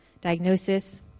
diagnosis